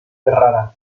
ferrara